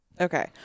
Okay